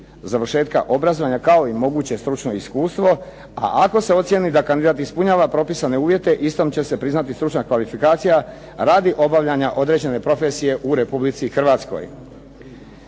završetka obrazovanja, kao i moguće stručno iskustvo. A ako se ocijeni da kandidat ispunjava propisane uvjete, istom će se priznati stručna kvalifikacija radi obavljanje određene profesije u Republici Hrvatskoj.